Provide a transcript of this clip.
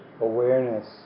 awareness